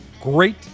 Great